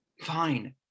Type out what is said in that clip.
Fine